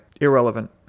irrelevant